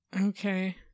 Okay